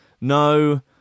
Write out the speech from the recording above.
no